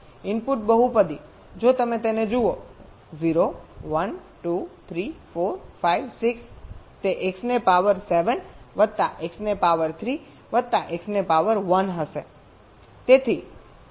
તેથી ઇનપુટ બહુપદી જો તમે તેને જુઓ 0 1 2 3 4 5 6 તે x ને પાવર 7 વત્તા x નેપાવર 3 વત્તા x ને 1 પાવર હશે